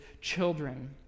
children